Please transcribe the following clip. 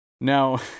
Now